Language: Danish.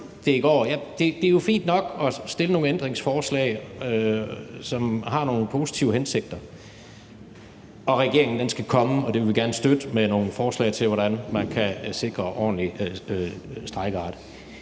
Det er jo fint nok at stille nogle ændringsforslag, som har nogle positive hensigter, og regeringen skal komme med nogle forslag – og det vil vi gerne støtte – til, hvordan man kan sikre en ordentlig strejkeret,